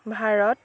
Bharat